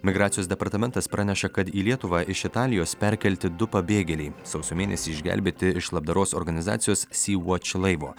migracijos departamentas praneša kad į lietuvą iš italijos perkelti du pabėgėliai sausio mėnesį išgelbėti iš labdaros organizacijos sy vuač laivo